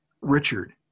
Richard